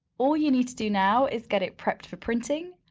all you need to do now is get it prepped for printing.